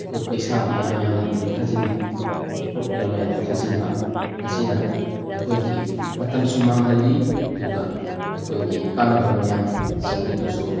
ꯑꯩꯈꯣꯏ ꯄꯩꯁꯥ ꯃꯌꯥꯝ ꯃꯌꯥꯝꯗꯤ ꯊꯥꯖꯤꯟꯕ ꯏꯐ꯭ꯔꯠ ꯃꯌꯥꯝ ꯃꯌꯥꯝ ꯊꯥꯖꯤꯟꯕ ꯑꯁꯤꯅ ꯑꯩꯈꯣꯏꯒꯤ ꯃꯇꯝꯁꯨ ꯃꯥꯡꯍꯜꯂꯤ ꯑꯗꯨꯒ ꯑꯩꯈꯣꯏꯒꯤ ꯀꯥꯟꯅꯕ ꯃꯌꯥꯝꯁꯤꯡ ꯑꯗꯨꯁꯨ